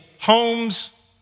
homes